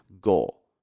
goal